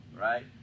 right